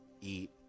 eat